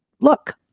Look